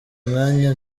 umwanya